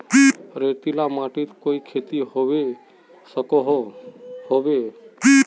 रेतीला माटित कोई खेती होबे सकोहो होबे?